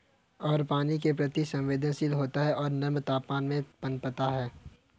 अरहर पानी के प्रति संवेदनशील होता है और गर्म तापमान में पनपता है